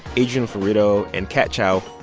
adrian florido and kat chow.